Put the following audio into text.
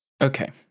Okay